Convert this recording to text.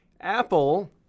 Apple